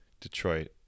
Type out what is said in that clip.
Detroit